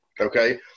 okay